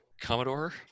commodore